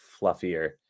fluffier